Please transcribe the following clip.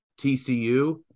TCU